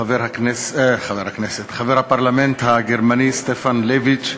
חבר הפרלמנט הגרמני סטפן ליביץ',